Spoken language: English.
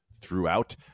throughout